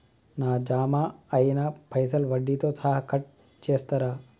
నా జమ అయినా పైసల్ వడ్డీతో సహా కట్ చేస్తరా?